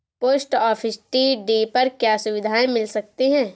Post office TD पर क्या सुविधाएँ मिल सकती है?